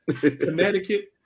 Connecticut